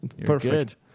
Perfect